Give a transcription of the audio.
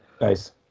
Nice